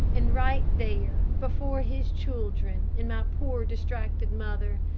and right there, before his children and my poor distracted mother,